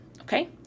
Okay